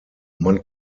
man